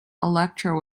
electra